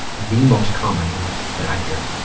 the most common one that i hear.